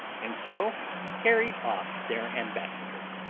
and so carried off their ambassador.